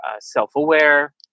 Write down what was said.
self-aware